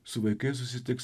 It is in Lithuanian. su vaikais susitiks